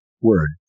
Word